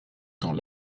temps